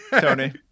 Tony